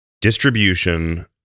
distribution